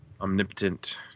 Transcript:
omnipotent